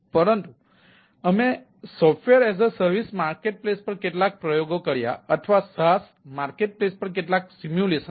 પરંતુ અમે SaaS marketplace પર કેટલાક પ્રયોગો કર્યા અથવા SaaS માર્કેટપ્લેસ પર કેટલાક સિમ્યુલેશન કર્યા